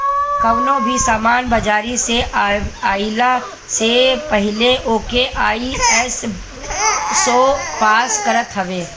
कवनो भी सामान बाजारी में आइला से पहिले ओके आई.एस.ओ पास करत हवे